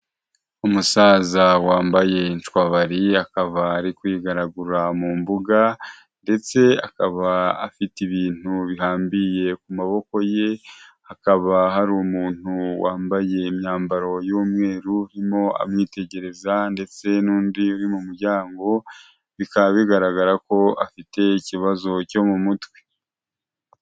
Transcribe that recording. Umusaza wambaye incwabari akaba ari kwigaragura mu mbuga ndetse akaba afite ibintu bihambiriye ku maboko ye, hakaba hari umuntu wambaye imyambaro y'umweru urimo amwitegereza ndetse n'undi uri mu muryango bikaba bigaragara ko afite ikibazo cyo mu mutwe.